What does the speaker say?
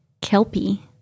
kelpie